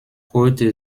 heute